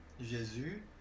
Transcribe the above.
Jésus